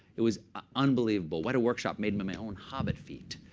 it was unbelievable. weta workshop made me my own hobbit feet.